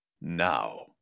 Now